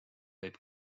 võib